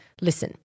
listen